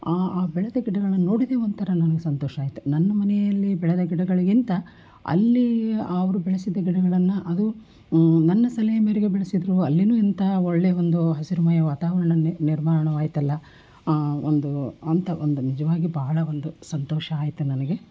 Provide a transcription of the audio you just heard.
ಆ ಆ ಬೆಳೆದ ಗಿಡಗಳನ್ನು ನೋಡಿದ್ದೇ ಒಂಥರ ನನ್ಗೆ ಸಂತೋಷ ಆಯ್ತು ನನ್ನ ಮನೆಯಲ್ಲಿ ಬೆಳೆದ ಗಿಡಗಳಿಗಿಂತ ಅಲ್ಲಿ ಅವ್ರು ಬೆಳೆಸಿದ ಗಿಡಗಳನ್ನು ಅದು ನನ್ನ ಸಲಹೆ ಮೇರೆಗೆ ಬೆಳೆಸಿದರು ಅಲ್ಲಿಯೂ ಇಂತಹ ಒಳ್ಳೆಯ ಒಂದು ಹಸಿರುಮಯ ವಾತಾವರಣ ನಿರ್ಮಾಣವಾಯಿತಲ್ಲ ಒಂದು ಅಂತ ಒಂದು ನಿಜವಾಗಿ ಬಹಳ ಒಂದು ಸಂತೋಷ ಆಯಿತು ನನಗೆ